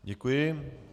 Děkuji.